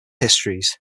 histories